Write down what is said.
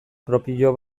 propio